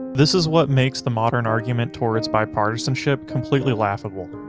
this is what makes the modern argument towards bipartisanship completely laughable.